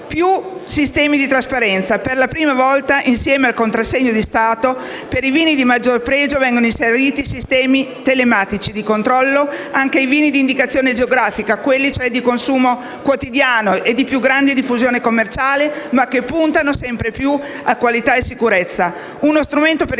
più sistemi di trasparenza per la prima volta insieme al contrassegno di Stato per i vini di maggior pregio; vengono inseriti sistemi telematici di controllo anche ai vini di indicazione geografica, quelli di consumo quotidiano e di più grande diffusione commerciale, ma che puntano sempre più a qualità e sicurezza: uno strumento per